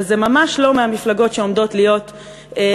וזה ממש לא מהמפלגות שעומדות להיפסל